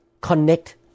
connect